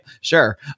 Sure